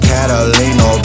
Catalina